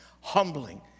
humbling